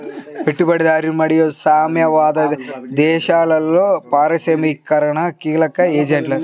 పెట్టుబడిదారీ మరియు సామ్యవాద దేశాలలో పారిశ్రామికీకరణకు కీలక ఏజెంట్లు